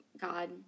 God